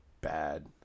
bad